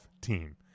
team